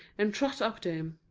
and trot up to him.